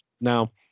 Now